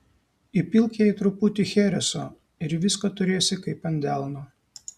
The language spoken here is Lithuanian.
įpilk jai truputį chereso ir viską turėsi kaip ant delno